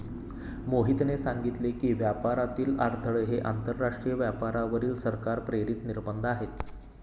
मोहितने सांगितले की, व्यापारातील अडथळे हे आंतरराष्ट्रीय व्यापारावरील सरकार प्रेरित निर्बंध आहेत